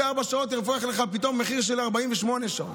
וב-24 שעות זה פתאום מחיר של 48 שעות.